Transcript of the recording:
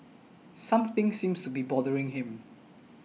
something seems to be bothering him